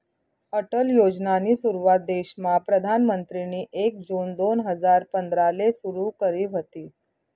अटल योजनानी सुरुवात देशमा प्रधानमंत्रीनी एक जून दोन हजार पंधराले सुरु करी व्हती